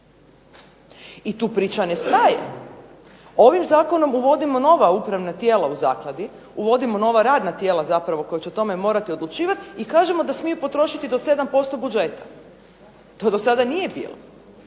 I tu priča ne staje. Ovim Zakonom uvodimo nova upravna tijela u Zakladi, uvodimo nova radna tijela zapravo koja će o tome morati odlučivati i kažemo da smije potrošiti do 7% budžeta. To do sada nije bilo.